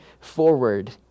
forward